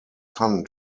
son